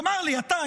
תאמר לי אתה,